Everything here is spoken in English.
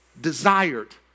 desired